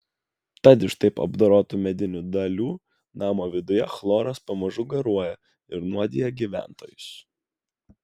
tad iš taip apdorotų medinių dalių namo viduje chloras pamažu garuoja ir nuodija gyventojus